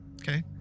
Okay